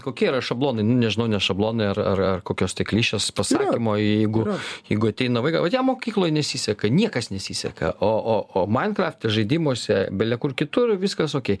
kokie yra šablonai nu nežinau ne šablonai ar ar kokios tai klišės pasakymo jeigu jeigu ateina vaiką ot jam mokykloj nesiseka niekas nesiseka o o o mainkrafte žaidimuose bele kur kitur viskas okei